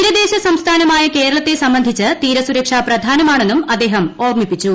തീരദേശ സംസ്ഥാനമായ കേരളത്തെ സംബന്ധിച്ച് തീരസുരക്ഷ പ്രധാനമാണെന്നും അദ്ദേഹം ഓർമ്മിപ്പിച്ചു